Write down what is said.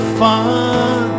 fun